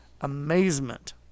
amazement